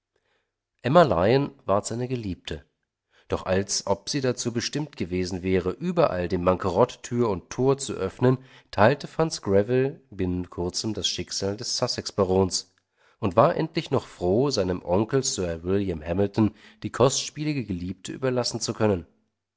emma lyon ward seine geliebte doch als ob sie dazu bestimmt gewesen wäre überall dem bankerotte tür und tor zu öffnen teilte franz greville binnen kurzem das schicksal des sussex barons und war endlich noch froh seinem onkel sir william hamilton die kostspielige geliebte überlassen zu können